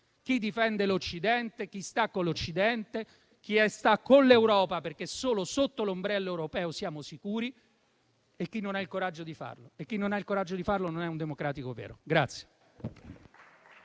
chi difende l'Occidente, chi sta con l'Occidente, chi sta con l'Europa, perché solo sotto l'ombrello europeo siamo sicuri e chi non ha il coraggio di farlo. Chi non ha il coraggio di farlo non è un democratico vero.